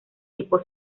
tipo